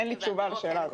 אין לי תשובה על השאלה הזאת.